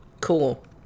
cool